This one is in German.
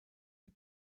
die